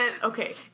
Okay